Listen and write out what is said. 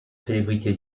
célébrité